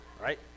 Right